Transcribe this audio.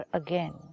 again